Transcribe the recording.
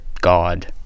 God